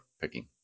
picking